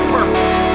purpose